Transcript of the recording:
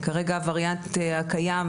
כרגע הווריאנט הקיים,